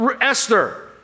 Esther